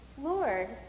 Lord